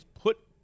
put